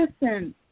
listen